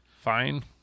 Fine